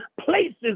places